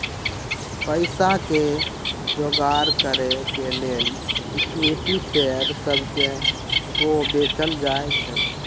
पईसा के जोगार करे के लेल इक्विटी शेयर सभके को बेचल जाइ छइ